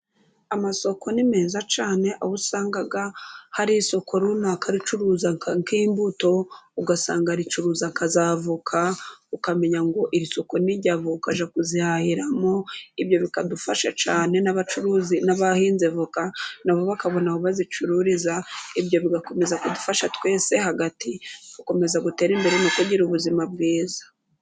Amasoko ni meza cyane, aho usanga hari isoko runaka ricuruza nk'imbuto, ugasanga aricuruza avoka ukamenya ngo iri soko ni iry avoka ukajya kuzihahiramo, ibyo bikadufasha cyane n'abacuruzi n'abahinze avoka nabo bakabona aho bazicururiza ibyo bigakomeza kudufasha twese hagati gukomeza gutera imbere no kugira ubuzima bwiza.